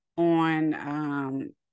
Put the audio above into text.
on